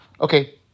Okay